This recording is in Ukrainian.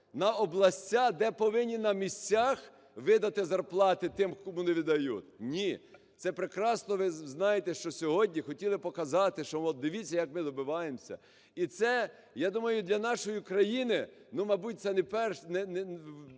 на області, де повинні на місцях видати зарплати тим, кому не видають? Ні. Це прекрасно ви знаєте, що сьогодні хотіли показати, що, от дивіться, як ми добиваємося. І це, я думаю, для нашої країни, ну мабуть, це не вперше,